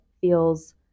feels